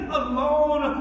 alone